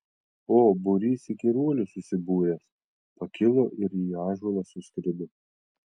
o būrys įkyruolių susibūręs pakilo ir į ąžuolą suskrido